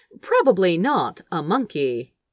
probably-not-a-monkey